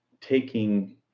taking